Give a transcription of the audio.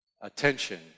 attention